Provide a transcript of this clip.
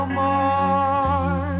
more